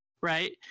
right